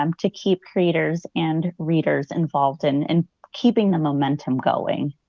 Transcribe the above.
um to keep creators and readers involved in and keeping the momentum going?